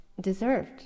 deserved